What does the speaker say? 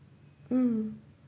mm